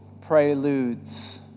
preludes